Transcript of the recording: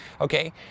Okay